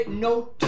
No